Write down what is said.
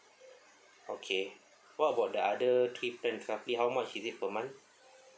okay what about the other three plans roughly how much is it per month